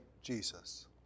Jesus